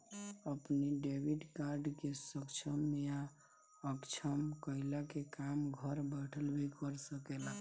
अपनी debit card के सक्षम या असक्षम कईला के काम घर बैठल भी कर सकेला